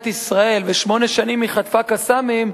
ישראל ושמונה שנים היא חטפה "קסאמים",